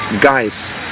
guys